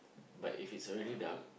but if it's already dark